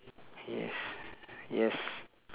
yes yes